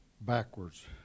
backwards